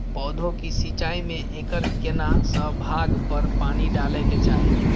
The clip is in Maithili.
पौधों की सिंचाई में एकर केना से भाग पर पानी डालय के चाही?